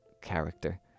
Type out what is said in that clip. character